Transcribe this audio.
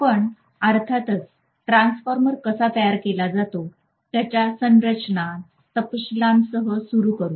आपण अर्थातच ट्रान्सफॉर्मर कसा तयार केला जातो त्याच्या संरचना तपशीलांसह सुरू करू